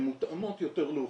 שמותאמות יותר לאוכלוסייה.